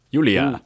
Julia